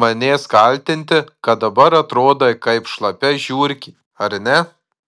manęs kaltinti kad dabar atrodai kaip šlapia žiurkė ar ne